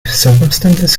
circumstances